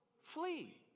flee